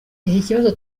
kibazo